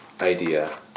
idea